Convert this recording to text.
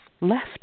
left